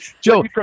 Joe